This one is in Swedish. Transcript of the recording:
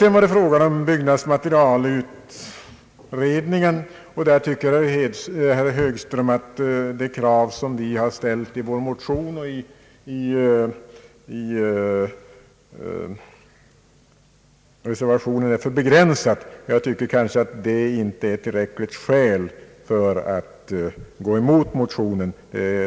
I fråga om byggnadsmaterialutredningen tycker herr Högström att de krav som vi ställde i vår motion och i reservationen är för begränsade. Jag tycker att det inte är ett tillräckligt skäl för att gå emot motionen.